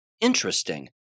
Interesting